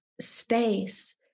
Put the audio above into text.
space